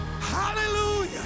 Hallelujah